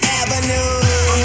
avenue